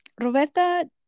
Roberta